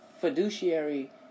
fiduciary